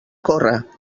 córrer